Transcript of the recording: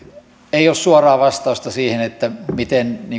ei ole suoraa vastausta siihen miten